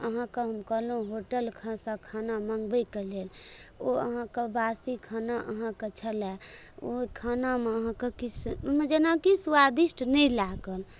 अहाँ के हम कहलहुॅं होटल सऽ खाना मंगबैके लेल ओ अहाँके बासी खाना अहाँके छलए ओहि खानामे अहाँके किछु जेनाकि स्वादिष्ट नहि लागल